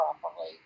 properly